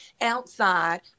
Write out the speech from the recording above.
outside